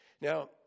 Now